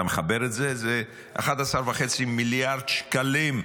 אתה מחבר את זה, זה 11.5 מיליארד שקלים,